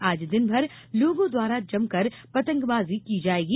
आज दिनभर लोगों द्वारा जमकर पतंगबाजी की जायेगी